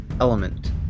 element